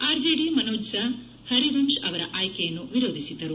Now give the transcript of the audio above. RJD Manoj Jha Harivansh ಅವರ ಆಯ್ಕೆಯನ್ನು ವಿರೋಧಿಸಿದ್ದರು